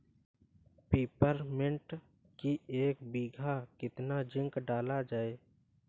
Peppermint की एक बीघा कितना जिंक डाला जाए?